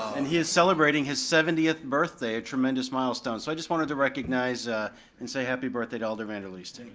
and he is celebrating his seventieth birthday, a tremendous milestone, so i just wanted to recognize ah and say happy birthday to alder vanderleest.